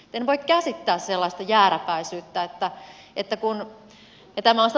en voi käsittää sellaista jääräpäisyyttä että kun